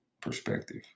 perspective